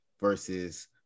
versus